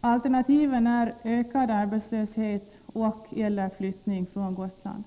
Alternativen är ökad arbetslöshet och/eller flyttning från Gotland.